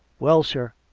well, sir,